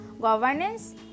governance